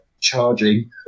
charging